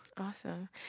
Awesome